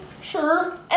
Sure